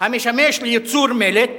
המשמש לייצור מלט